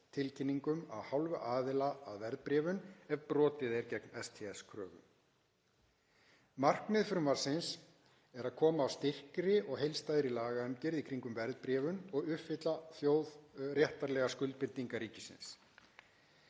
STS-tilkynningum af hálfu aðila að verðbréfun, ef brotið er gegn STS-kröfum. Markmið frumvarpsins er að koma á styrkri og heildstæðri lagaumgjörð í kringum verðbréfun og uppfylla þjóðréttarlegar skuldbindingar ríkisins.